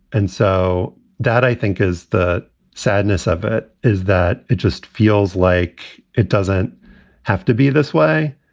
and so that, i think, is the sadness of it, is that it just feels like it doesn't have to be this way.